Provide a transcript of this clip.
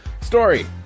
Story